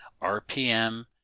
RPM